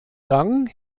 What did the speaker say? gang